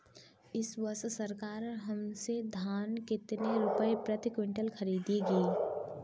इस वर्ष सरकार हमसे धान कितने रुपए प्रति क्विंटल खरीदेगी?